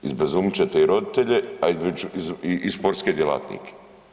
Izbezumit ćete i roditelje, a i sportske djelatnike.